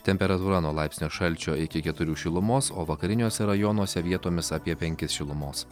temperatūra nuo laipsnio šalčio iki keturių šilumos o vakariniuose rajonuose vietomis apie penkis šilumos